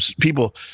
people